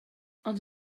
ond